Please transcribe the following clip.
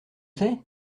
c’est